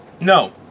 no